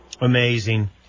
amazing